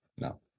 no